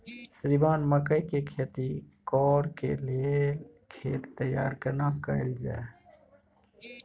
श्रीमान मकई के खेती कॉर के लेल खेत तैयार केना कैल जाए?